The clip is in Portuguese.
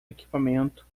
equipamento